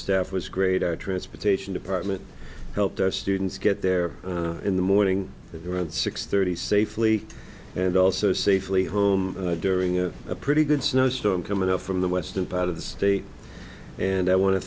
staff was great our transportation department helped our students get there in the morning around six thirty safely and also safely home during a pretty good snowstorm coming up from the western part of the state and i want to